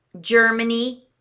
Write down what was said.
Germany